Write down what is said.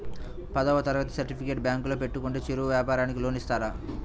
పదవ తరగతి సర్టిఫికేట్ బ్యాంకులో పెట్టుకుంటే చిరు వ్యాపారంకి లోన్ ఇస్తారా?